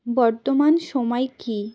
বর্তমান সময় কী